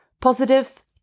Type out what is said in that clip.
positive